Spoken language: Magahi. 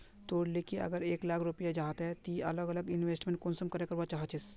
तोर लिकी अगर एक लाख रुपया जाहा ते ती अलग अलग इन्वेस्टमेंट कुंसम करे करवा चाहचिस?